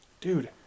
dude